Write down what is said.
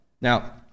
Now